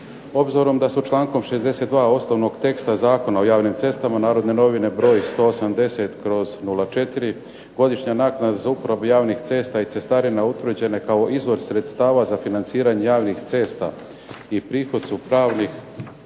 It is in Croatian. Obzirom da su člankom 62. osnovnog teksta Zakona o javnim cestama Narodne novine broj 184/04. godišnja naknada za uporabu javnih cesta i cestarina utvrđenje kao izvor sredstava za financiranje javnih cesta i prihod su pravnih